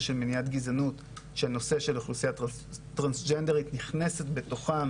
של מניעת גזענות והנושא של האוכלוסייה הטרנסג'נדרית נכנסת בתוכם